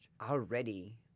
already